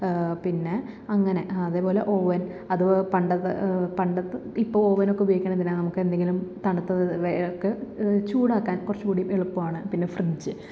പിന്നെ അങ്ങനെ അതേപോലെ ഓവൻ അത് പണ്ടത്തെ പണ്ടത്തെ ഇപ്പം ഓവനൊക്കെ ഉപയോഗിക്കണെന്തിനാ നമുക്കെന്തെങ്കിലും തണുത്തതൊക്കെ ചൂടാക്കാൻ കുറച്ചും കൂടി എളുപ്പമാണ് പിന്നെ ഫ്രിഡ്ജ്